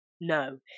no